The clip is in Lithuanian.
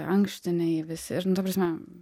ankštiniai visi ir nu ta prasme